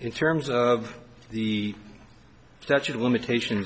in terms of the statute of limitations